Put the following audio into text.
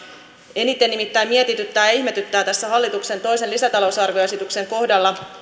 eniten nimittäin mietityttää ja ihmetyttää tässä hallituksen toisen lisätalousarvioesityksen kohdalla